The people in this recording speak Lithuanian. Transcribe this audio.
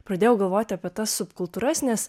pradėjau galvoti apie tas subkultūras nes